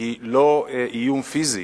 היא לא איום פיזי